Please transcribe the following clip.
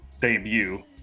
Debut